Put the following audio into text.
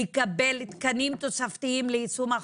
חדש לא יכול להתפתח ללא תקציב תוספתי ובמקרה